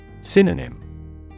Synonym